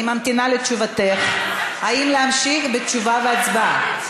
אני ממתינה לתשובתך האם להמשיך בתשובה והצבעה?